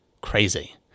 Crazy